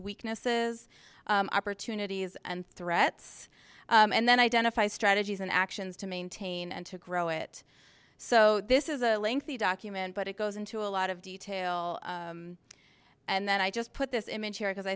its weaknesses opportunities and threats and then identify strategies and actions to maintain and to grow it so this is a lengthy document but it goes into a lot of detail and then i just put this image here because i